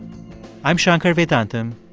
i'm shankar vedantam,